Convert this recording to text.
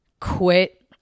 quit